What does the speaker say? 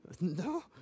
No